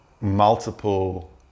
multiple